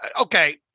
okay